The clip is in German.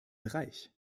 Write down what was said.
bereich